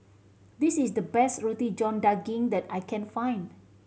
this is the best Roti John Daging that I can find